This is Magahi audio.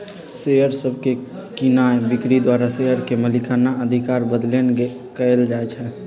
शेयर सभके कीनाइ बिक्री द्वारा शेयर के मलिकना अधिकार बदलैंन कएल जाइ छइ